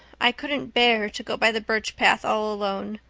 i couldn't bear to go by the birch path all alone.